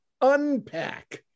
Unpack